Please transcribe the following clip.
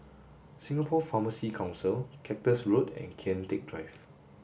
Singapore Pharmacy Council Cactus Road and Kian Teck Drive